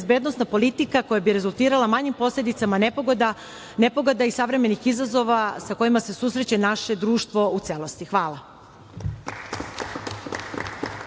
bezbednosna politika koja bi rezultirala manjim posledicama od nepogoda i savremenih izazova sa kojima se susreće naše društvo u celosti. Hvala.